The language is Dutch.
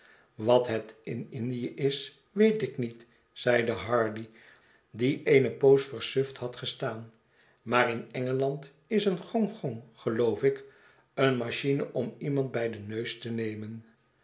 wat het in indie is weet ik niet zeide hardy die eene poos versuft had gestaan maar in engeland is een gong gong geloof ik eene machine om iemand bij den neus te nemen